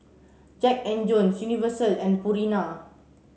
Jackand Jones Universal and Purina